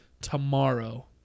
tomorrow